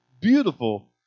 beautiful